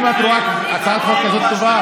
אם הצעת החוק הזאת כזאת טובה,